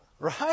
right